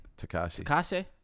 Takashi